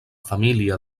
família